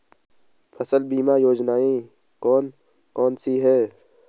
फसल बीमा योजनाएँ कौन कौनसी हैं?